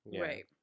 right